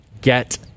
Get